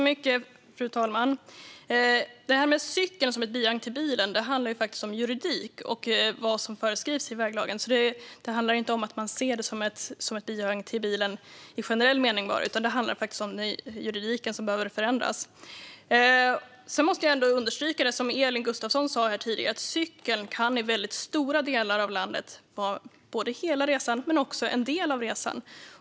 Fru talman! Det här med cykeln som ett bihang till bilen handlar faktiskt om juridik och vad som föreskrivs i väglagen. Det handlar inte om att man ser cykeln som ett bihang till bilen i generell mening bara, utan det handlar om juridiken, och den behöver förändras. Jag måste understryka det som Elin Gustafsson sa här tidigare om att cykeln i väldigt stora delar av landet kan användas under hela resan eller under en del av resan.